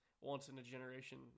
once-in-a-generation